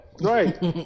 Right